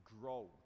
grow